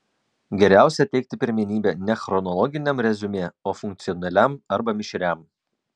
geriausia teikti pirmenybę ne chronologiniam reziumė o funkcionaliam arba mišriam